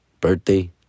birthday